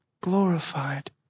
glorified